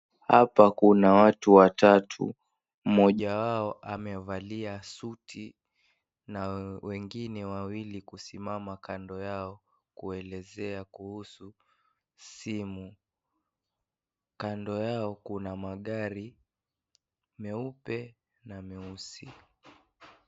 Hapa kuna watu watatu, mmoja wao amevalia suti na wengine wawili kusimama kando yao kuwaelezea kuhusu simu, kando yao kuna magari meupe na meusi.